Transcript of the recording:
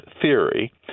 theory